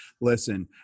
Listen